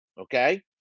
Okay